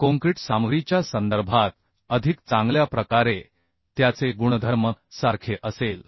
concrete सामग्रीच्या संदर्भात अधिक चांगल्या प्रकारे त्याचे गुणधर्म सारखे असेल